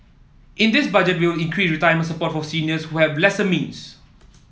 in this Budget we will increase retirement support for seniors who have lesser means